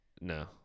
No